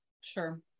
Sure